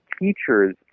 teachers